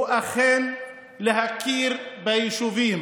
הוא אכן להכיר ביישובים,